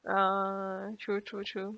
ah true true true